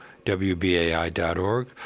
WBAI.org